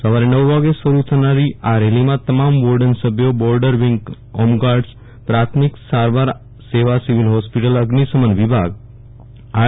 સવારે નવ વાગ્યે શરુ થનારી આ રેલીમાં તમામ વોર્ડન સભ્યો બોર્ડર વિંગહોમગાર્ડઝપ્રાથમિકસારવારસેવા સિવિલ હોસ્પિટલ અઝિશમન વિભાગ આર